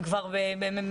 הם כבר התגייסו,